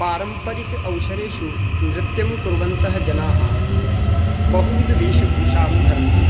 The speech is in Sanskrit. पारम्परिक अवसरेषु नृत्यं कुर्वन्तः जनाः बहुविधवेशभूषां धरन्ति